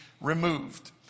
removed